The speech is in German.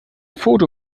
foto